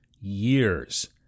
years